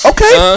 Okay